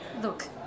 Look